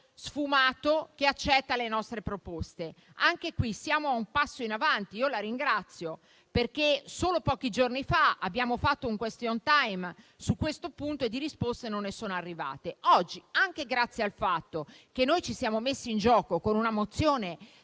sfumato, che accetta le nostre proposte. Anche qui stiamo facendo un passo in avanti e io la ringrazio, signor Sottosegretario, perché solo pochi giorni fa abbiamo fatto un *question time* su questo punto e di risposte non ne sono arrivate. Oggi, anche grazie al fatto che noi ci siamo messi in gioco con una mozione